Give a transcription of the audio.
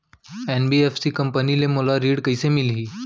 NBFC company ले मोला ऋण कइसे मिलही?